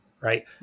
right